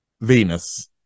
Venus